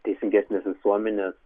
teisingesnės visuomenės